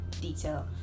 detail